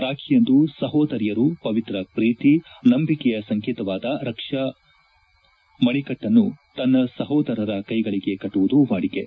ರಾಖಿಯಂದು ಸಹೋದರಿಯರು ಪವಿತ್ರ ಪ್ರೀತಿ ನಂಬಿಕೆಯ ಸಂಕೇತವಾದ ರಕ್ಷಾ ಮಣಿಕಟ್ಟನ್ನು ತನ್ನ ಸಹೋದರರ ಕೈಗಳಿಗೆ ಕಟ್ಟುವುದು ವಾದಿಕೆ